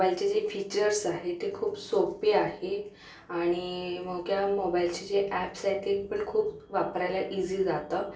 मोबाईलचे जे फीचर्स आहेत ते खूप सोपे आहे आणि नोकिया मोबाईलचे जे ॲप्स आहेत ते पण खूप वापरायला इझी जातं